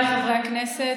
חבריי חברי הכנסת,